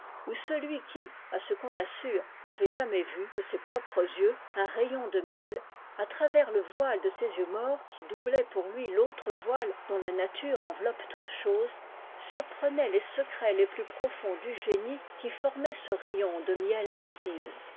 où celui qui à ce qu'on assure n'avait jamais vu de ses propres yeux un rayon de miel à travers le voile de ces yeux morts qui doublait pour lui l'autre voile dont la nature enveloppe toute chose surprenait les secrets les plus profonds du génie qui formait ce rayon de miel invisible